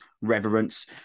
Reverence